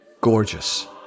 gorgeous